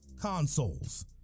consoles